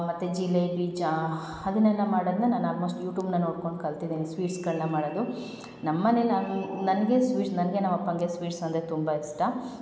ಮತ್ತು ಜಿಲೇಬಿ ಜಾ ಅದನ್ನೆಲ್ಲ ಮಾಡೋದ್ನ ನಾನು ಆಲ್ಮೋಸ್ಟ್ ಯೂಟೂಬ್ನ ನೋಡ್ಕೊಂಡು ಕಲ್ತಿದ್ದೀನಿ ಸ್ವೀಟ್ಸ್ಗಳನ್ನ ಮಾಡೋದು ನಮ್ಮ ಮನೆಲಿ ನಾನು ನನಗೆ ಸ್ವೀಟ್ಸ್ ನನಗೆ ನಮ್ಮ ಅಪ್ಪಂಗೆ ಸ್ವೀಟ್ಸ್ ಅಂದರೆ ತುಂಬ ಇಷ್ಟ